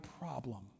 problem